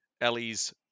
Ellie's